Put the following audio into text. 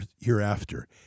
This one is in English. hereafter